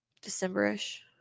December-ish